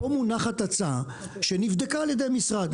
פה מונחת הצעה שנבדקה על ידי המשרד,